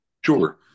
Sure